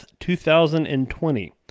2020